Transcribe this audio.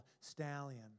stallion